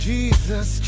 Jesus